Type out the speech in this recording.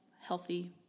healthy